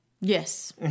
Yes